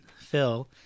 Phil